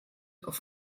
auf